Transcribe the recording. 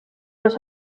los